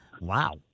Wow